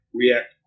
react